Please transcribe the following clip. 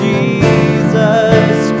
Jesus